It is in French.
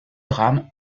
drames